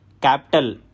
capital